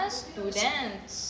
students